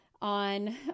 On